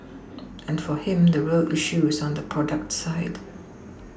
and for him the real issue is on the product side